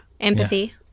Empathy